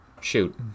Shoot